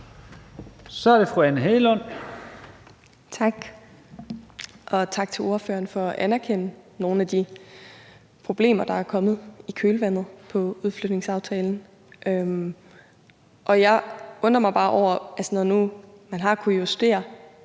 Kl. 17:38 Anne Hegelund (EL): Tak. Og tak til ordføreren for at anerkende nogle af de problemer, der er kommet i kølvandet på udflytningsaftalen. Og når nu man har kunnet justere